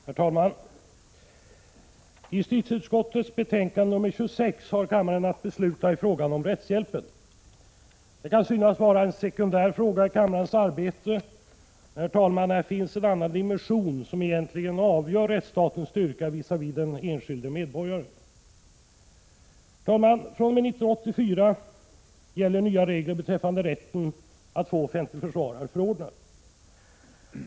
Herr talman! När det gäller justitieutskottets betänkande nr 26 har kammaren att besluta i frågan om rättshjälpen. Det kan synas vara en sekundär fråga i kammarens arbete, men här finns en annan dimension som egentligen avgör rättsstatens styrka visavi den enskilde medborgaren. Herr talman! fr.o.m. 1984 gäller nya regler beträffande rätten att få offentlig försvarare förordnad.